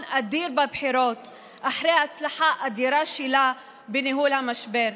אדיר בבחירות אחרי הצלחה אדירה שלה בניהול המשבר.